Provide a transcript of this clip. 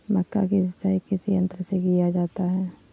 मक्का की सिंचाई किस यंत्र से किया जाता है?